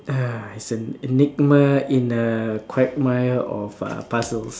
ah it's an enigma in a quagmire of uh puzzles